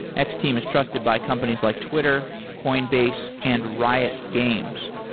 x-team is trusted by companies like twitter, coinbase and riot games.